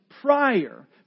prior